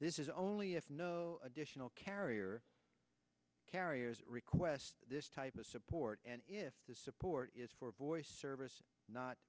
this is only if no additional carrier carriers requests this type of support and if the support is for boys service not